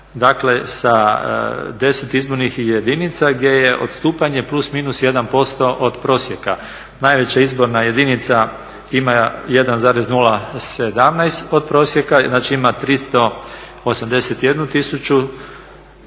dakle sa deset izbornih jedinica gdje je odstupanje plus, minus jedan posto od prosjeka. Najveća izborna jedinica ima 1,017 od prosjeka. Znači ima 381000